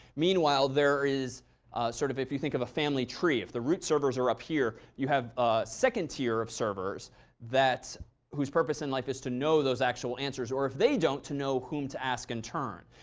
meanwhile, there is sort of if you think of a family tree. if the root servers are up here, you have a second tier of servers whose purpose in life is to know those actual answers. or if they don't, to know whom to ask in turn.